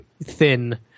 thin